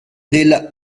della